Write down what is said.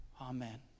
Amen